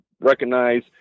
recognize